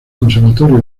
conservatorio